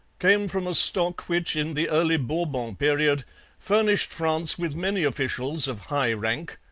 came from a stock which in the early bourbon period furnished france with many officials of high rank,